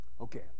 Okay